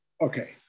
Okay